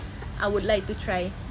I would like to try